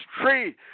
tree